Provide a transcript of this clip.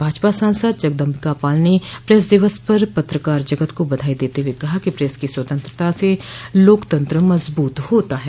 भाजपा सांसद जगदम्बिकापाल ने प्रेस दिवस पर पत्रकार जगत को बधाई देते हुए कहा है कि प्रेस की स्वतंत्रता स लोकतंत्र मजबूत होता है